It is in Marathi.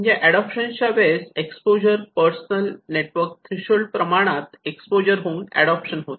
म्हणजे अडोप्शन च्या वेळेस एक्सपोजर पर्सनल नेटवर्क थ्रेशोल्ड प्रमाणात एक्सपोजर होऊन अडोप्शन होते